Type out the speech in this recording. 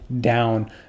down